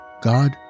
God